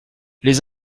les